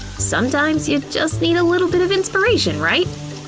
sometimes you just need a little bit of inspiration, right?